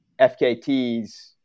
FKTs